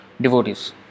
devotees